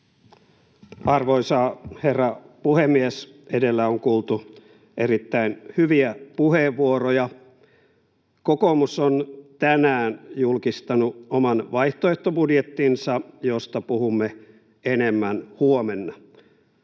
Arvoisa herra puhemies! Edellä on kuultu erittäin hyviä puheenvuoroja. Kokoomus on tänään julkistanut oman vaihtoehtobudjettinsa, josta puhumme enemmän huomenna.